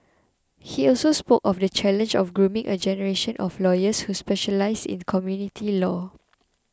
he also spoke of the challenge of grooming a generation of lawyers who specialise in community law